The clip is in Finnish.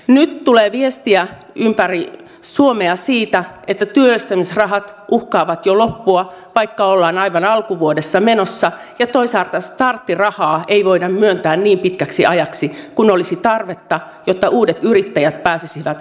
nyt tulee viestiä ympäri suomea siitä että työllistämisrahat uhkaavat jo loppua vaikka ollaan aivan alkuvuodessa menossa ja toisaalta starttirahaa ei voida myöntää niin pitkäksi ajaksi kuin olisi tarvetta jotta uudet yrittäjät pääsisivät kokeilemaan siipiään